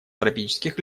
тропических